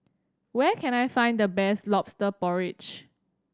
where can I find the best Lobster Porridge